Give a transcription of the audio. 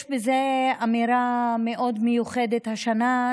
יש בזה אמירה מאוד מיוחדת השנה,